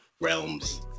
realms